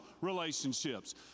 relationships